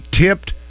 tipped